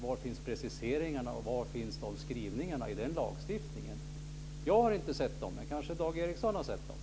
Var finns preciseringarna, och var finns de skrivningarna i denna lagstiftning? Jag har inte sett till dem, man kanske Dag Ericson har gjort det.